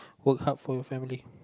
work hard for your family